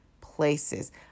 places